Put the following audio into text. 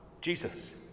Jesus